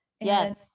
yes